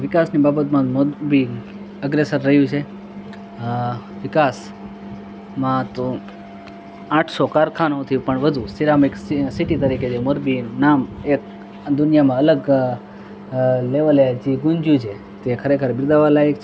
વિકાસની બાબતમાં મોરબી અગ્રેસર રહ્યું છે વિકાસમાં તો આઠસો કારખાનાઓથી પણ વધુ સિરામિક સ સિટી તરીકે મોરબી નામ એક આ દુનિયામાં અલગ લેવલે જે ગુંજ્યું છે તે ખરેખર બિરદાવવા લાયક છે